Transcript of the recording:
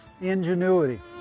ingenuity